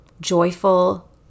joyful